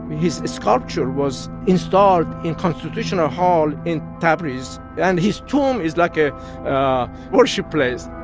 his his sculpture was installed in constitutional hall in tabriz, and his tomb is like a worship place.